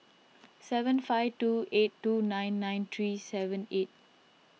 seven five two eight two nine nine three seven eight